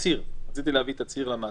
רציתי להביא תצהיר למעסיק,